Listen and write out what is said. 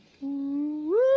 Woo